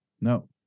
No